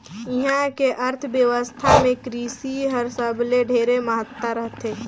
इहां के अर्थबेवस्था मे कृसि हर सबले ढेरे महत्ता रखथे